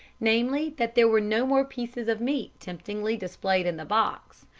namely, that there were no more pieces of meat temptingly displayed in the box,